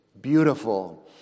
beautiful